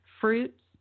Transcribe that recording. fruits